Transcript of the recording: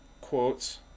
quotes